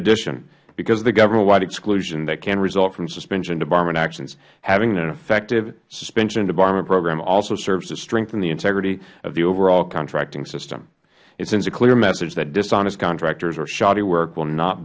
addition because the government wide exclusion that can result from suspension or debarment actions having an effective suspension and debarment program also serves to strengthen the integrity of the overall contracting system it sends a clear message that dishonest contractors or shoddy work will not